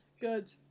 Good